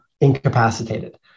incapacitated